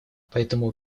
поэтому